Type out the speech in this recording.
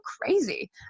crazy